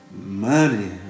money